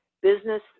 business